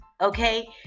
okay